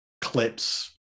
clips